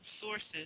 sources